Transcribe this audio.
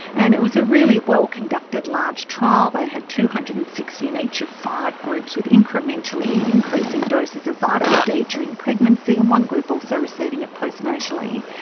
and it was a really well conducted large trial, they had two hundred and sixty in each of five groups with incrementally increasing doses of vitamin d during pregnancy, and one group also receiving it postnatally.